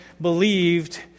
believed